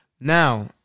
Now